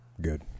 Good